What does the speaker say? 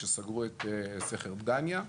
כשסגרו את סכר דגניה,